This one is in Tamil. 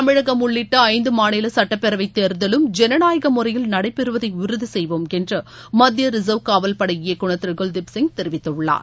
தமிழகம் உள்ளிட்ட ஐந்து மாநில சட்டப்பேரவை தேர்தலும் ஜனநாயக முறையில் நடைபெறுவதை உறுதி செய்வோம் என்று மத்திய ரிசர்வ் காவல் படை இயக்குநர் திரு குல்தீப் சிங் தெரிவித்துள்ளார்